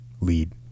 lead